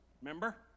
Remember